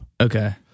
okay